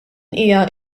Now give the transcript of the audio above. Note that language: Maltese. hija